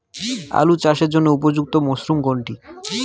আলু চাষের জন্য উপযুক্ত মরশুম কোনটি?